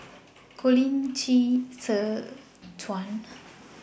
Colin Qi Zhe Quan